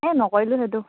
এই নকৰিলো সেইটো